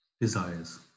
Desires